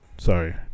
Sorry